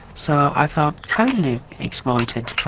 so i felt totally exploited.